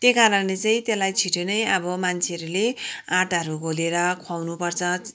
त्यही कारणले चाहिँ त्यसलाई छिटो नै अब मान्छेहरूले आँटाहरू घोलेर खुवाउनुपर्छ